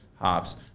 hops